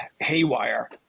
haywire